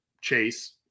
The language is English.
Chase